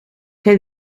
que